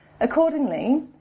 Accordingly